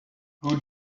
who